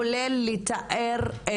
כולל לתאר את